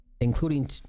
including